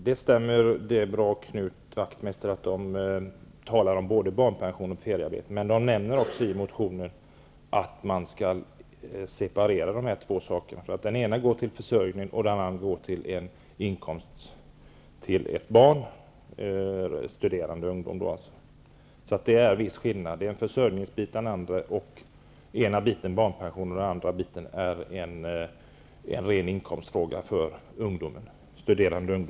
Fru talman! Det stämmer, Knut Wachtmeister, att det i motionen talas både om barnpension och om feriearbete, men i motionen sägs också att man bör separera dessa två saker. Den ena går till försörjning och den andra är en inkomst till ett barn, en studerande. Det är alltså en viss skillnad.